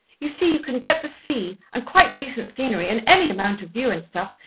you see, you can get the sea, and quite decent scenery, and any amount of view and stuff.